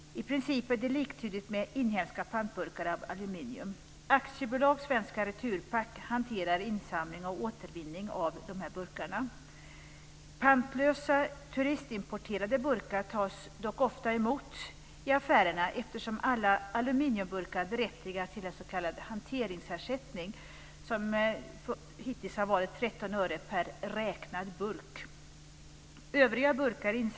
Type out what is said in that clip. I princip är det liktydigt med inhemska pantburkar av aluminium. AB Svenska Returpack hanterar insamling och återvinning av dessa burkar. Pantlösa turistimporterade burkar tas dock ofta emot i affärerna, eftersom alla aluminiumburkar berättigar till en s.k. hanteringsersättning, som hittills har varit 13 öre per räknad burk.